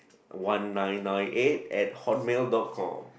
one nine nine eight at Hotmail dot com